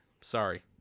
Sorry